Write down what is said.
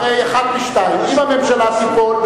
שהרי אחת משתיים: אם הממשלה תיפול,